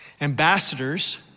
Ambassadors